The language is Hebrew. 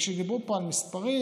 וכשדיברו פה על מספרים